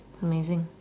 it's amazing